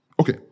Okay